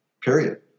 period